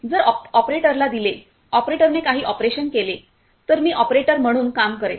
जर ऑपरेटरला दिले ऑपरेटरने काही ऑपरेशन केले तर तर मी ऑपरेटर म्हणून काम करेल